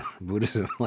Buddhism